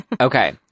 Okay